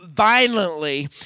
Violently